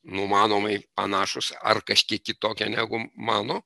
numanomai panašūs ar kažkiek kitokie negu mano